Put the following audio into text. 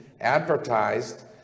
advertised